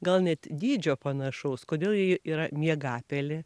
gal net dydžio panašaus kodėl ji yra miegapelė